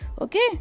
Okay